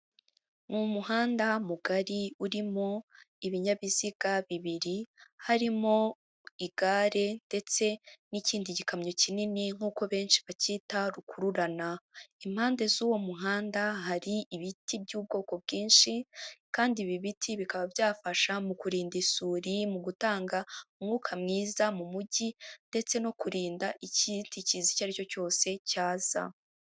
Mu muhanda mugari urimo ibinyabiziga bibiri, harimo igare ndetse n'ikindi gikamyo kinini nk'uko benshi bacyita rukururana. Impande z'uwo muhanda hari ibiti by'ubwoko bwinshi kandi ibi biti bikaba byafasha mu kurinda isuri, mu gutanga umwuka mwiza mu mujyi ndetse no kurinda ikindi kiza icyo ari cyo cyose cyaza.